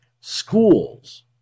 Schools